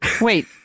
wait